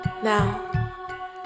Now